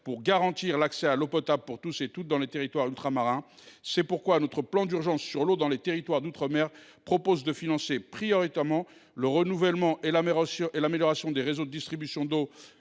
pour garantir l’accès à l’eau potable pour tous et pour toutes dans les territoires ultramarins. C’est pourquoi nous proposons ce plan d’urgence sur l’eau dans les territoires d’outre mer. Il vise à financer prioritairement le renouvellement et l’amélioration des réseaux de distribution d’eau